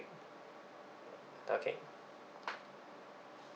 okay